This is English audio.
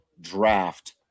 Draft